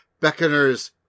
Beckoner's